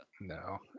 No